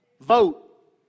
Vote